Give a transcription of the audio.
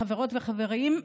חברות וחברים,